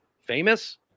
famous